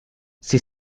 sie